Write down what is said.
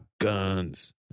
guns